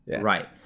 Right